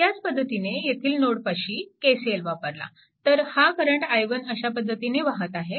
ह्याच पद्धतीने येथील नोडपाशी KCL वापरला तर हा करंट i1 अशा पद्धतीने वाहत आहे